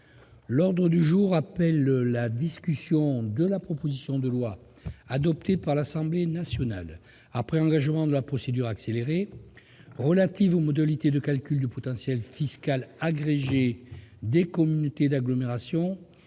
L'ordre du jour appelle la discussion de la proposition de loi, adoptée par l'Assemblée nationale après engagement de la procédure accélérée, relative aux modalités de calcul du potentiel fiscal agrégé des communautés d'agglomération